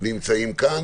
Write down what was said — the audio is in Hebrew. והם נמצאים כאן.